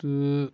تہٕ